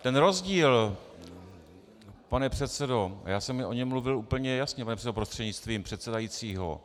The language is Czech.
Ten rozdíl, pane předsedo, a já jsem o něm mluvil úplně jasně, pane předsedo prostřednictvím předsedajícího.